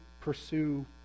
pursue